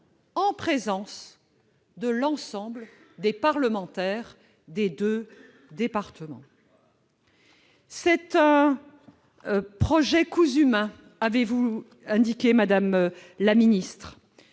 en présence de l'ensemble des parlementaires des deux départements. C'est un projet « cousu main », avez-vous alors indiqué, madame la ministre.